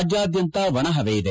ರಾಜ್ಯಾದ್ಯಂತ ಒಣ ಹವೆ ಇದೆ